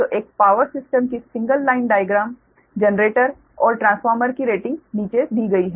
तो एक power system की सिंगल लाइन डाइग्राम जनरेटर और ट्रांसफार्मर की रेटिंग नीचे दी गई है